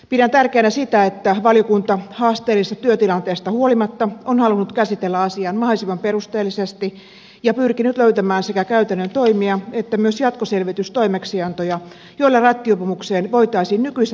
pidän tärkeänä sitä että valiokunta haasteellisesta työtilanteesta huolimatta on halunnut käsitellä asian mahdollisimman perusteellisesti ja pyrkinyt löytämään sekä käytännön toimia että myös jatkoselvitystoimeksiantoja joilla rattijuopumukseen voitaisiin nykyistä tehokkaammin puuttua